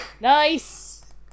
Nice